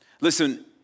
Listen